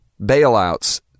bailouts